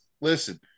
listen